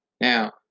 now